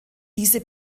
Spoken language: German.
diese